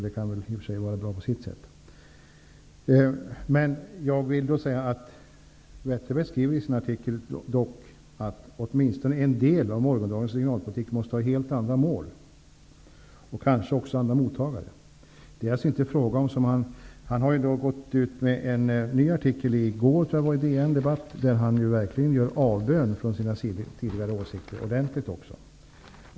Det kan på sitt sätt ha varit bra. Gunnar Wetterberg skriver dock i sin artikel att åtminstone en del av morgondagens regionalpolitik måste ha helt andra mål och kanske också andra mottagare. Han har sedan gått ut med en ny artikel i DN-debatt, jag tror att det var i går, där han verkligen gör avbön från sina tidigare åsikter, och det ordentligt.